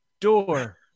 door